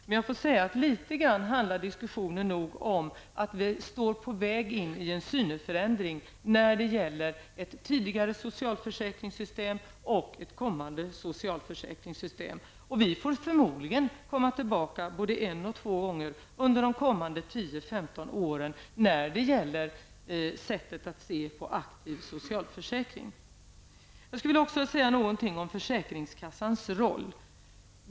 Men litet grand handlar diskussionen om att vi är på väg mot en förändring i vårt sätt att se på ett tidigare socialförsäkringssystem och ett kommande socialförsäkringssystem. Vi får förmodligen komma tillbaka båede en och två gånger under de kommande 10--15 åren när det gäller sättet att se på en aktiv socialförsäkring. Jag skulle också vilja säga någonting om försäkringskassans roll.